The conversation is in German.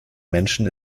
menschen